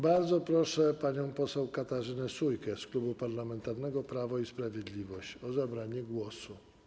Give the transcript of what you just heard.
Bardzo proszę panią poseł Katarzynę Sójkę z Klubu Parlamentarnego Prawo i Sprawiedliwość o zabranie głosu.